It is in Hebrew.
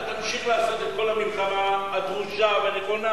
אתה ממשיך לעשות את כל המלחמה הדרושה והנכונה,